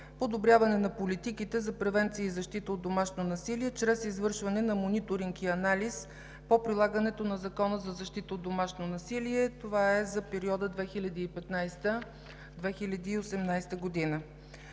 подобряване на политиките за превенция и защита от домашно насилие чрез извършване на мониторинг и анализ по прилагането на Закона за защита от домашно насилие. Това е за периода 2015 г.